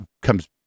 comes